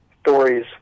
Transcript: stories